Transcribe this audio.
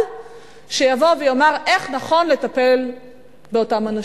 שיבוא ויאמר איך נכון לטפל באותם אנשים.